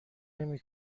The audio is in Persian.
نمی